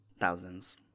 Thousands